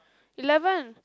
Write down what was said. eleven